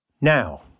Now